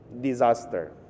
disaster